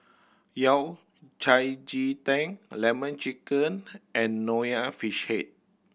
Yao Cai ji ting Lemon Chicken and Nonya Fish Head